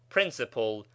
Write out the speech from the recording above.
Principle